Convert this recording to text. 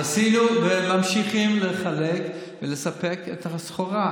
עשינו וממשיכים לחלק ולספק את הסחורה,